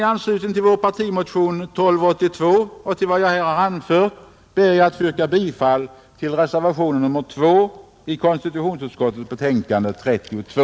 I anslutning till vår partimotion 1282 och till vad jag här anfört ber jag att få yrka bifall till reservationen 2 till konstitutionsutskottets betänkande nr 32.